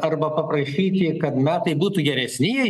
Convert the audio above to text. arba paprašyti kad metai būtų geresni jei